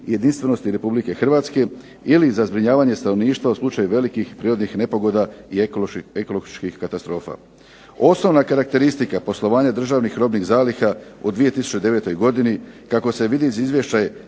jedinstvenosti RH ili za zbrinjavanje stanovništva u slučaju velikih prirodnih nepogoda i ekoloških katastrofa. Osnovna karakteristika poslovanja državnih robnih zaliha u 2009. godini kako se vidi iz izvješća je